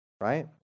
right